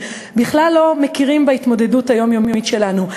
בכלל לא מכירים בהתמודדות היומיומית שלנו.